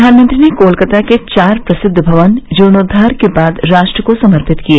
प्रधानमंत्री ने कोलकाता के चार प्रसिद्ध भवन जीर्णोद्वार के बाद राष्ट्र को समर्पित किए